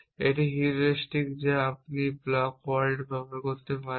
এটি একটি হিউরিস্টিক যা আপনি একটি ব্লক ওয়ার্ল্ড ব্যবহার করতে পারেন